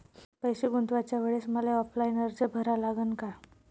पैसे गुंतवाच्या वेळेसं मले ऑफलाईन अर्ज भरा लागन का?